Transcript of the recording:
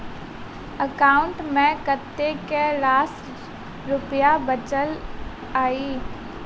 account मे कतेक रास रुपया बचल एई